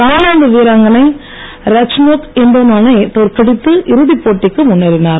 Thailand வீராங்கனை Ratchanok இன்டானோ னை தோற்கடித்து இறுதிப் போட்டிக்கு முன்னேறினார்